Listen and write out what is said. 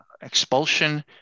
expulsion